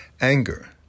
anger